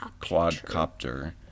Quadcopter